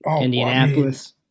Indianapolis